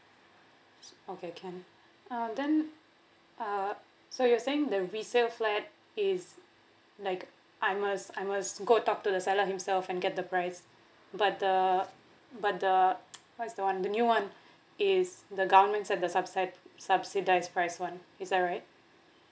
okay can uh then uh so you're saying the resale flat is like I must I must to go talk to the seller himself and get the price but the but the what is the one the new one is the government set the subset subsidize price [one] is that right